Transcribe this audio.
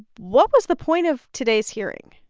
what was the point of today's hearing?